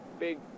big